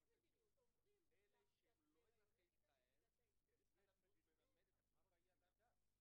השיעור בתחלואה בארץ הוא שונה לחלוטין מרוב אזורי העולם.